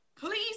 Please